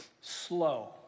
slow